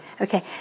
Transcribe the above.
Okay